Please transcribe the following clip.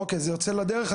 אוקיי, זה יוצא לדרך.